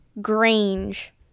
grange